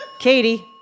Katie